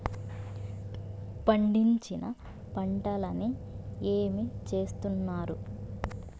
పండించిన పంటలని ఏమి చేస్తున్నారు?